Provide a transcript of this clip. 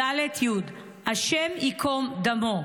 השם ייקום דמו.